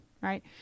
right